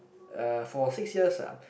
uh for six years ah